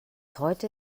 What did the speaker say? heute